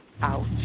ouch